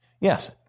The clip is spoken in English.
Yes